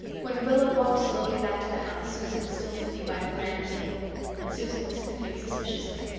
when rilla walked slowly back to the house susan was still sitting by the veranda table and susan was sniffing suspiciously.